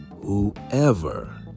Whoever